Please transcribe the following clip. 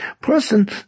person